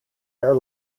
air